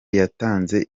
yatanze